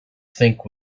think